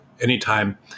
anytime